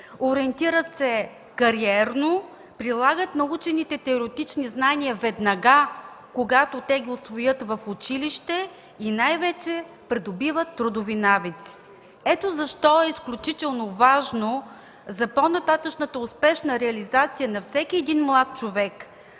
ориентират се кариерно, прилагат научените теоретични знания веднага, след като ги усвоят в училище, и най-вече придобиват трудови навици. Ето защо е изключително важно за по-нататъшната спешна реализация на всеки един млад човек